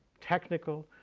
technical,